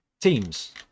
teams